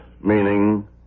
Meaning